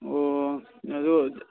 ꯑꯣ ꯑꯗꯨ